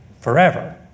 forever